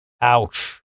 Ouch